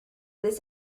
this